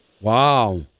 Wow